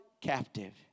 captive